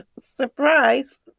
Surprise